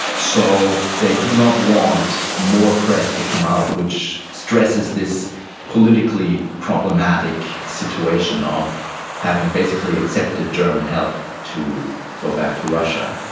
so they do not want more press to come out which stresses this politically problematic situation of having basically accepted german help to go back to russia.